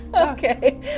Okay